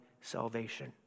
salvation